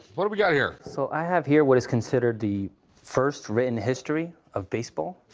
what do we got here? so i have here what is considered the first written history of baseball.